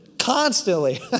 Constantly